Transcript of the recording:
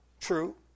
True